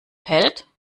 pellt